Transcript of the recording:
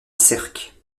sercq